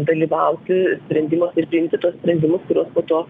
dalyvauti sprendimuose ir priimti tuos sprendimus kuriuos po to